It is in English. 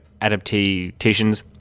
adaptations